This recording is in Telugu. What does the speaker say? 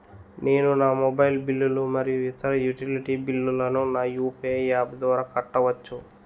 నేను నా మొబైల్ బిల్లులు మరియు ఇతర యుటిలిటీ బిల్లులను నా యు.పి.ఐ యాప్ ద్వారా కట్టవచ్చు